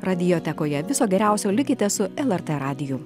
radiotekoje viso geriausio likite su lrt radiju